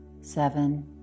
Seven